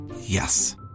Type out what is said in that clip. Yes